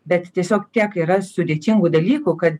bet tiesiog tiek yra sudėtingų dalykų ka